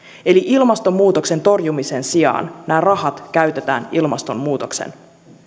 eli ilmastonmuutoksen torjumisen sijaan nämä rahat käytetään ilmastonmuutoksen